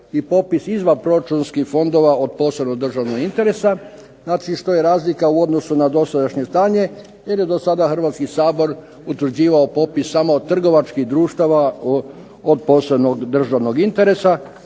i popis izvanproračunskih fondova od posebnog državnog interesa, znači što je razlika u odnosu na dosadašnje stanje, jer je do sada Hrvatski sabor utvrđivao popis samo od trgovačkih društava od posebnog državnog interesa.